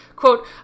Quote